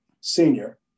senior